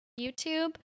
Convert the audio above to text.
YouTube